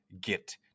get